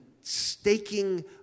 staking